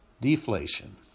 Deflation